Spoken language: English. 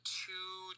two